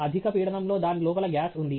అధిక పీడనంలో దాని లోపల గ్యాస్ ఉంది